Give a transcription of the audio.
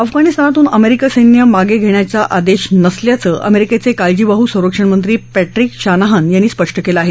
अफगाणिस्तानातून अमेरिकी सैन्य मागे घेण्याचा आदेश नसल्याचं अमेरिकेचे काळजीवाहू संरक्षणमंत्री पॅट्रिक शानाहन यांनी स्पष्ट केलं आहे